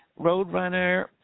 Roadrunner